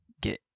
get